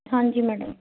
ਹਾਂਜੀ ਮੈਡਮ